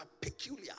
peculiar